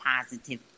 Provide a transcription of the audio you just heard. positive